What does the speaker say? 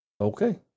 Okay